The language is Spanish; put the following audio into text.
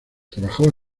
trabajó